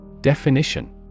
Definition